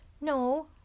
No